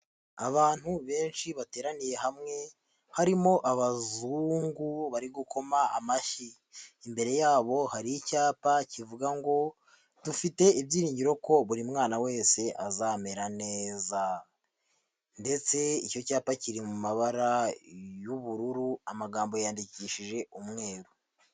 Abantu benshi bateraniye hamwe harimo abazungu bari gukoma amashyi, imbere yabo hari icyapa kivuga ngo dufite ibyiringiro ko buri mwana wese azamera neza, ndetse icyo cyapa kiri mu mabara y'ubururu, amagambo yandikishije umweru.